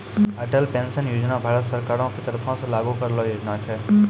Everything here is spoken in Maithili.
अटल पेंशन योजना भारत सरकारो के तरफो से लागू करलो योजना छै